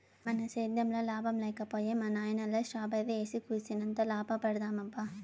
మన సేద్దెంలో లాభం లేక పోయే మా నాయనల్లె స్ట్రాబెర్రీ ఏసి కూసింత లాభపడదామబ్బా